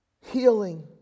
healing